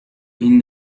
این